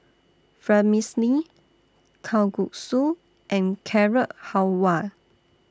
Vermicelli Kalguksu and Carrot Halwa